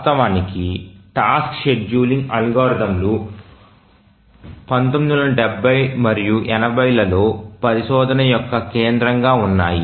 వాస్తవానికి task scheduling అల్గోరిథంలు 1970 మరియు 80 లలో పరిశోధన యొక్క కేంద్రంగా ఉన్నాయి